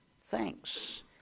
thanks